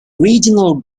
regional